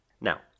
Now